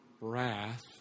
wrath